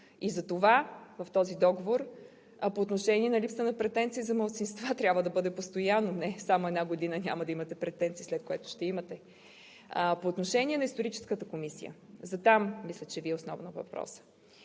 изникне някой нов. А по отношение на липса на претенции за малцинства трябва да бъде постоянно – не само една година няма да имате претенции, след което ще имате. По отношение на Историческата комисия – за там мисля, че Ви е основен въпросът,